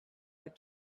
had